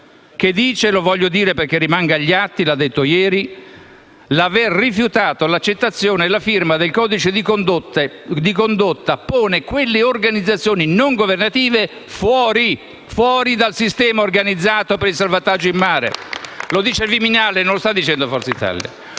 che dice - lo voglio dire affinché rimanga agli atti - che «L'aver rifiutato l'accettazione e la firma del codice di condotta pone quelle organizzazioni non governative fuori dal sistema organizzato per il salvataggio in mare,» - lo dice il Viminale, non Forza Italia.